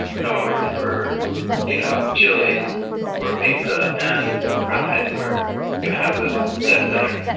come over for you know chili or pizza and surprise, we're going to have this death dinner.